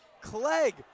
Clegg